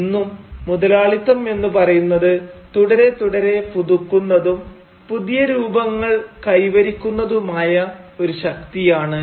ഇന്നും മുതലാളിത്തം എന്ന് പറയുന്നത് തുടരെ തുടരെ പുതുക്കുന്നതും പുതിയ രൂപങ്ങൾ കൈവരിക്കുന്നതുമായ ഒരു ശക്തിയാണ്